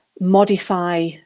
modify